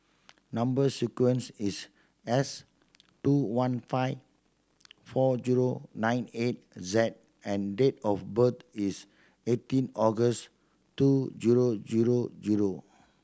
number sequence is S two one five four zero nine eight Z and date of birth is eighteen August two zero zero zero